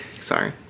sorry